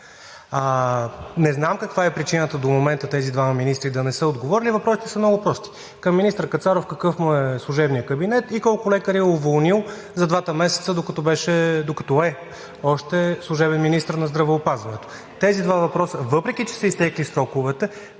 Не знам каква е причината до момента тези двама министри да не са отговорили, въпросите са много прости. Към министър Кацаров: какъв е служебният му кабинет; колко лекари е уволнил за двата месеца, докато е още служебен министър на здравеопазването? Въпреки че са изтекли сроковете,